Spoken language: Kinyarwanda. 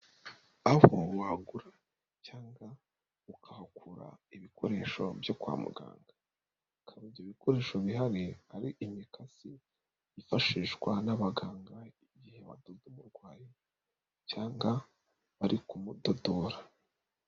Aho wagura cyangwa ukahakura ibikoresho byo kwa muganga. Hakaba ibyo bikoresho bihari: ari imikasi yifashishwa n'abaganga. Igihe badoda umurwayi cyangwaga bari kumudodora.